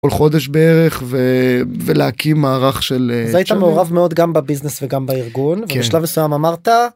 כל חודש בערך ולהקים מערך של אז היית מעורב מאוד גם בביזנס וגם בארגון, כן, ובשלב מסויים אמרת